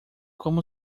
como